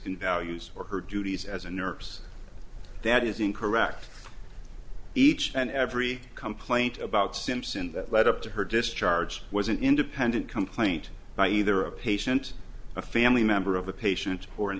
can values or her duties as a nurse there it is incorrect each and every complaint about simpson that led up to her discharge was an independent complaint by either a patient a family member of a patient or an